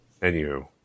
anywho